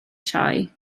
sioe